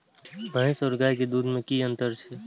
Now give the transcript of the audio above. भैस और गाय के दूध में कि अंतर छै?